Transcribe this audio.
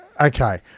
okay